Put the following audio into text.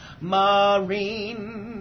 Marine